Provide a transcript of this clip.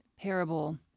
parable